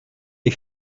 les